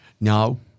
Now